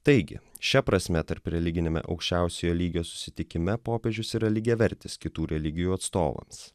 taigi šia prasme tarpreliginiame aukščiausiojo lygio susitikime popiežius yra lygiavertis kitų religijų atstovams